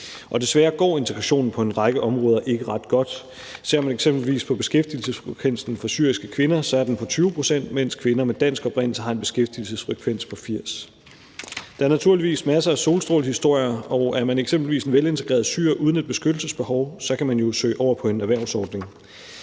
og desværre går integrationen på en række områder ikke ret godt. Ser man eksempelvis på beskæftigelsesfrekvensen for syriske kvinder, er den på 20 pct., mens kvinder med dansk oprindelse har en beskæftigelsesfrekvens på 80 pct. Der er naturligvis masser af solstrålehistorier, og er man eksempelvis en velintegreret syrer uden et beskyttelsesbehov, kan man jo søge over på en erhvervsordning.